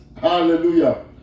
Hallelujah